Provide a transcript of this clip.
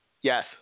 Yes